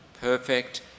perfect